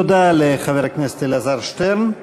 תודה לחבר הכנסת אלעזר שטרן.